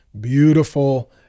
beautiful